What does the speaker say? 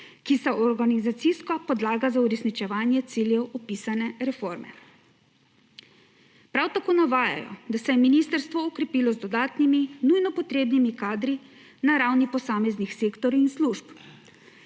ki sta organizacijsko podlaga za uresničevanje ciljev opisane reforme. Prav tako navajajo, da se je ministrstvo okrepilo z dodatnimi nujno potrebnimi kadri na ravni posameznih sektorjev in služb.